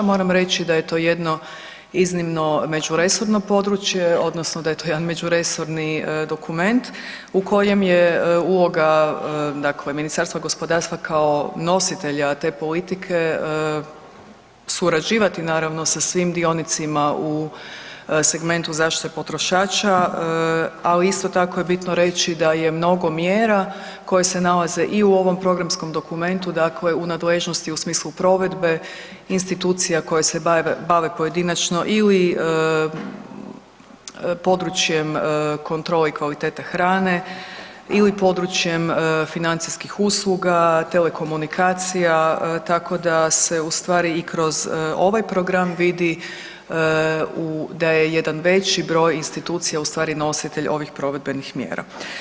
Moram reći da je to jedno iznimno međuresorno područje odnosno da je to jedan međuresorni dokument u kojem je uloga Ministarstva gospodarstva kao nositelja te politike surađivati sa svim dionicima u segmentu zaštite potrošača, ali isto tako je bitno reći da je mnogo mjera koje se nalaze i u ovom programskom dokumentu, dakle u nadležnosti u smislu provedbe institucija koje se bave pojedinačno ili područjem kontrole kvalitete hrane ili područjem financijskih usluga, telekomunikacija tako da se ustvari i kroz ovaj program vidi da je jedan veći broj institucija ustvari nositelj ovih provedbenih mjera.